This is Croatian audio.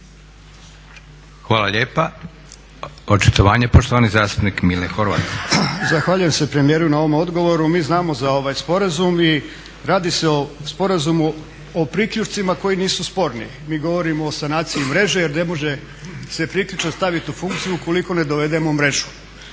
Hvala lijepa. Očitovanje, poštovani zastupnik Mile Horvat. **Horvat, Mile (SDSS)** Zahvaljujem se premijeru na ovom odgovoru. Mi znamo za sporazum i radi se o sporazumu o priključcima koji nisu sporni. Mi govorimo o sanaciji mreže jer ne može se priključak staviti u funkciju ukoliko ne dovedemo mrežu.